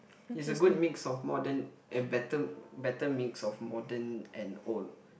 is a good mix of modern eh better better mix of modern and old